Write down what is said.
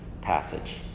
passage